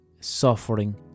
suffering